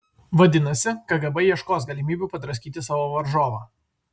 vadinasi kgb ieškos galimybių padraskyti savo varžovą